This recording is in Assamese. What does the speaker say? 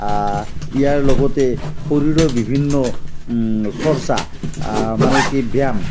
ইয়াৰ লগতে শৰীৰৰ বিভিন্ন চৰ্চা মানে কি ব্যায়াম